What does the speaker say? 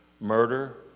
murder